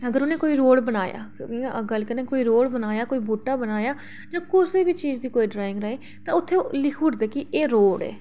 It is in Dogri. अगर उ'नें कोई रोड़ बनाया इ'या गल्ल करने आं कोई रोड़ बनाया कोई बूह्टा बनाया जां कुसै बी चीज़ दी कोई ड्राइंग कराई तां उत्थै लिखी ओड़दे कि एह् रोड़ ऐ